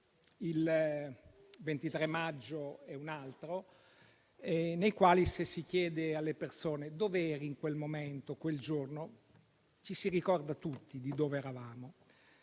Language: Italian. il 23 maggio è un altro - nei quali, se si chiede alle persone dove erano in quel momento quel giorno, tutti si ricordano dove erano.